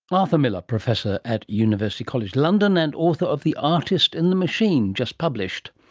but arthur miller, professor at university college, london, and author of the artist in the machine, just published.